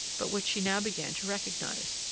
but which she now began to recognize.